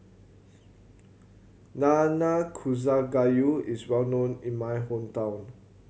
Nanakusa Gayu is well known in my hometown